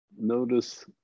notice